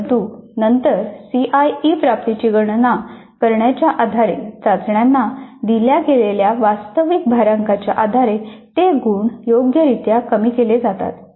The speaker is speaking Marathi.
परंतु नंतर सीआयई प्राप्तीची गणना करण्याच्या आधारे चाचण्यांना दिल्या गेलेल्या वास्तविक भारांकाच्या आधारे ते गुण योग्यरित्या कमी केले जातात